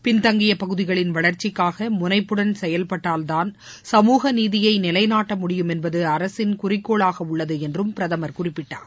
பின்தங்கியப்பகுதிகளின் வளர்ச்சிக்காக முனைப்புடன் செயல்பட்டால்தான் சமூக நீதியை நிலைநாட்ட முடியும் என்பது அரசின் குறிக்கோளாக உள்ளது என்றும் பிரதமர் குறிப்பிட்டார்